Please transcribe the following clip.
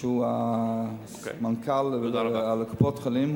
שהוא סמנכ"ל לפיקוח על קופות-החולים,